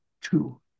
two